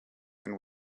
and